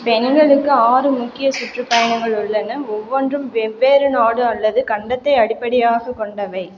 பெண்களுக்கு ஆறு முக்கிய சுற்றுப்பயணங்கள் உள்ளன ஒவ்வொன்றும் வெவ்வேறு நாடு அல்லது கண்டத்தை அடிப்படையாகக் கொண்டவை